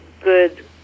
good